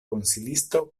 konsilisto